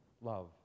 love